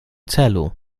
celu